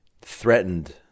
threatened